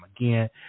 Again